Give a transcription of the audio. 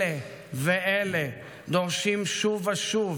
אלה ואלה דורשים שוב ושוב